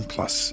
Plus